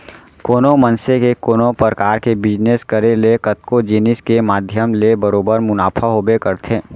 कोनो मनसे के कोनो परकार के बिजनेस करे ले कतको जिनिस के माध्यम ले बरोबर मुनाफा होबे करथे